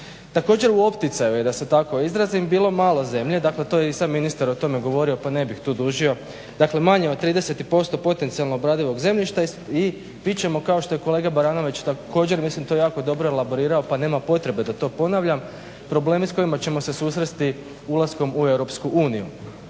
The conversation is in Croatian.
Također u opticaju je da se tako izrazim bilo malo zemlje dakle to je i sam ministar o tome govorio pa ne bih tu dužio dakle manje od 30% potencijalno obradivog zemljišta i …kao što je kolega Baranović također mislim to jako dobro elaborirao pa nema potrebe da to ponavljam problemi s kojima ćemo se susresti ulaskom u EU.